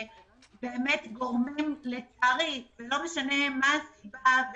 שגורמים לצערי - לא משנה מה הסיבה,